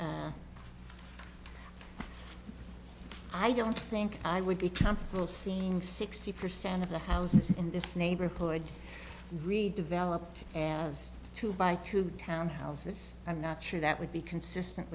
i don't think i would be comfortable seeing sixty percent of the houses in this neighborhood really developed and i was to buy two townhouses i'm not sure that would be consistent